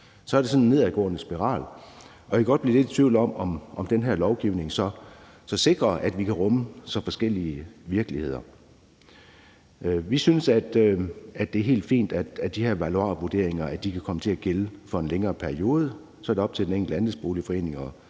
sådan en nedadgående spiral, og jeg kan godt blive lidt i tvivl om, om den her lovgivning så sikrer, at vi kan rumme så forskellige virkeligheder. Vi synes, at det er helt fint, at de her valuarvurderinger kan komme til at gælde for en længere periode, og så er det op til den enkelte andelsboligforening